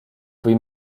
või